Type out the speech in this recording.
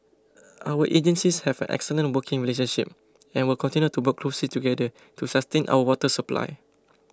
our agencies have an excellent working relationship and will continue to work closely together to sustain our water supply